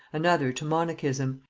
another to monachism,